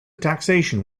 taxation